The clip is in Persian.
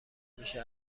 میشه